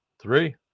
three